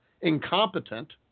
incompetent